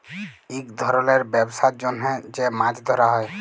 ইক ধরলের ব্যবসার জ্যনহ যে মাছ ধ্যরা হ্যয়